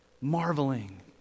marveling